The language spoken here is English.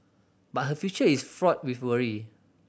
but her future is fraught with worry